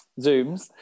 zooms